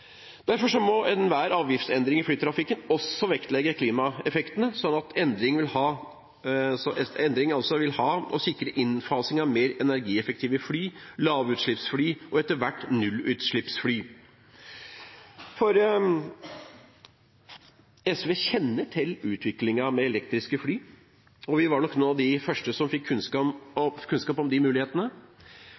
Derfor må enhver avgiftsendring i flytrafikken også vektlegge klimaeffektene, sånn at endring vil sikre innfasing av mer energieffektive fly, lavutslippsfly og etter hvert nullutslippsfly. SV kjenner til utviklingen med elektriske fly. Vi var nok av de første som fikk kunnskap om disse mulighetene.